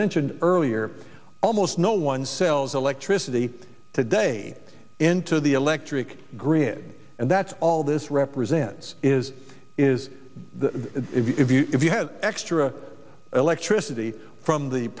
mentioned earlier almost no one sells electricity today into the electric grid and that's all this represents is is the if you if you have extra electricity from the